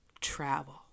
Travel